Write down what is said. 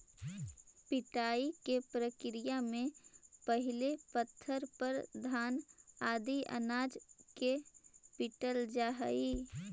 पिटाई के प्रक्रिया में पहिले पत्थर पर घान आदि अनाज के पीटल जा हइ